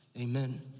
Amen